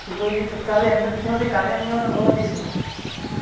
यतोहि तत्काले अन्यत् किमपि कार्यमेव न भवति स्म